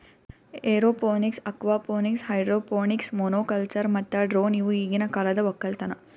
aeroponics, aquaponics, hydroponics, monoculture ಮತ್ತ drone ಇವು ಈಗಿನ ಕಾಲದ ಒಕ್ಕಲತನ